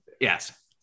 Yes